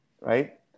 right